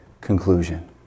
conclusion